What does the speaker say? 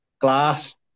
glass